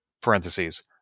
parentheses